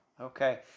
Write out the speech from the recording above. okay